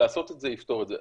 לעשות את זה יפתור את זה.